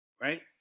Right